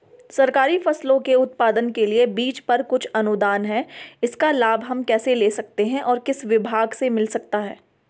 सरकारी फसलों के उत्पादन के लिए बीज पर कुछ अनुदान है इसका लाभ हम कैसे ले सकते हैं और किस विभाग से मिल सकता है?